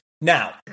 Now